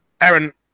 Aaron